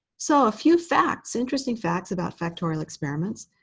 so a few facts, interesting facts about factorial experiments